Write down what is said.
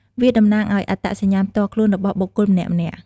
វាតំណាងឲ្យ អត្តសញ្ញាណផ្ទាល់ខ្លួន របស់បុគ្គលម្នាក់ៗ។